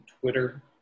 Twitter